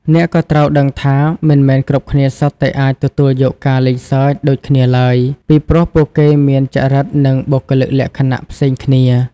អ្នកក៏ត្រូវដឹងថា មិនមែនគ្រប់គ្នាសុទ្ធតែអាចទទួលយកការលេងសើចដូចគ្នាឡើយ ពីព្រោះពួកគេមានចរិតនិងបុគ្គលិកលក្ខណៈផ្សេងគ្នា។